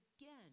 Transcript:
again